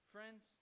Friends